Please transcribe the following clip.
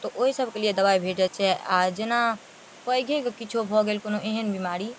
तऽ ओइसबके लिए दबाइ भेट जाइ छै आओर जेना पैघेके किछो भऽ गेल कोनो एहन बीमारी